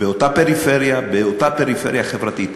באותה פריפריה, באותה פריפריה חברתית.